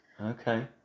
Okay